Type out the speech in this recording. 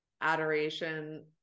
adoration